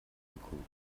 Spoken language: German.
sekunden